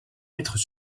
lettres